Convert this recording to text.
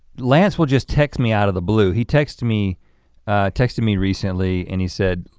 lance will just text me out of the blue. he texted me texted me recently and he said,